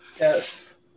Yes